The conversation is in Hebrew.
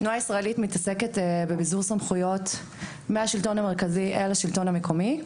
תנועה ישראלית מתעסקת בביזור סמכויות מהשלטון המרכזי אל השלטון המקומי.